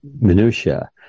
minutiae